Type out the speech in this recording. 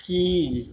கீழ்